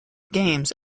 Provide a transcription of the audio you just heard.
games